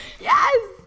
Yes